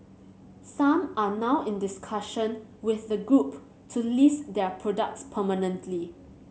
some are now in discussion with the group to list their products permanently